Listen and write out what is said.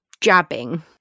jabbing